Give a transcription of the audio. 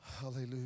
Hallelujah